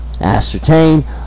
ascertain